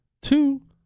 Two